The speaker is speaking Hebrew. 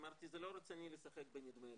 אמרתי שזה לא רציני לשחק בנדמה לי,